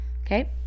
okay